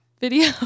video